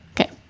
Okay